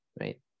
Right